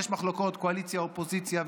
יש מחלוקות קואליציה אופוזיציה,